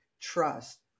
trust